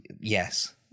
yes